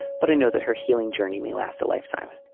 but i know that her healing journey may last a lifetime.